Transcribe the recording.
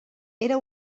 era